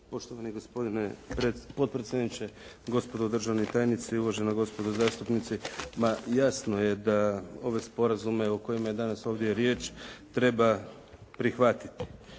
Poštovani gospodine potpredsjedniče, gospodo državni tajnici, uvažena gospodo zastupnici. Ma jasno je da ove sporazume o kojima je danas ovdje riječ treba prihvatiti.